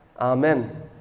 Amen